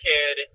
Kid